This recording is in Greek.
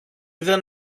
δεν